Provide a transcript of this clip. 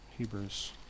Hebrews